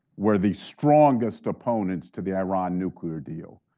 were the strongest opponents to the iran nuclear deal.